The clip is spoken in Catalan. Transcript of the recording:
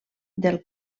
del